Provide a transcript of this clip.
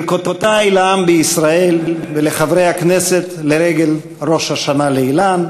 ברכותי לעם בישראל ולחברי הכנסת לרגל ראש השנה לאילן.